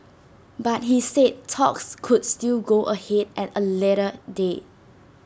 but he said talks could still go ahead at A later date